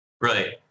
Right